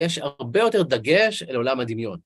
יש הרבה יותר דגש לעולם הדמיון.